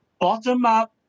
bottom-up